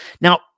Now